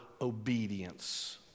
obedience